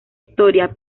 historia